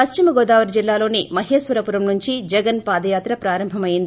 పశ్చిమగోదావరి జిల్లాలోని మహేశ్వరపురం నుంచి జగన్ పాదయాత్ర ప్రారంభం అయింది